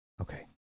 Okay